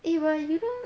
eh when you know